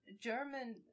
German